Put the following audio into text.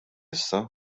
issa